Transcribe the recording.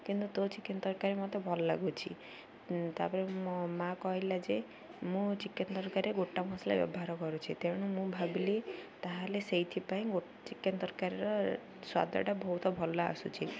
କିନ୍ତୁ ତୋ ଚିକେନ୍ ତରକାରୀ ମତେ ଭଲ ଲାଗୁଛି ତା'ପରେ ମୋ ମାଆ କହିଲା ଯେ ମୁଁ ଚିକେନ୍ ତରକାରୀ ଗୋଟା ମସଲା ବ୍ୟବହାର କରୁଛି ତେଣୁ ମୁଁ ଭାବିଲି ତା'ହେଲେ ସେଇଥିପାଇଁ ଗୋ ଚିକେନ୍ ତରକାରୀର ସ୍ଵାଦଟା ବହୁତ ଭଲ ଆସୁଛି